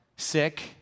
sick